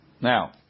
Now